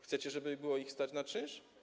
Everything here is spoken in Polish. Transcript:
Chcecie, żeby było ich stać na czynsz?